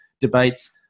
debates